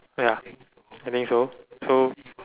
ya I think so so